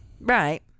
Right